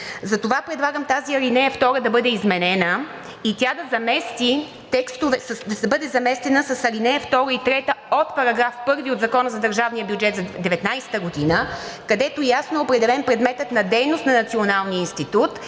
Затова предлагам тази ал. 2 да бъде изменена и тя да бъде заместена с ал. 2 и 3 от § 1 от Закона за държавния бюджет за 2019 г., където ясно е определен предметът на дейност на Националния институт.